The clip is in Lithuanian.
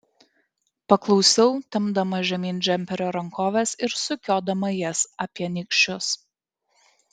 paklausiau tempdama žemyn džemperio rankoves ir sukiodama jas apie nykščius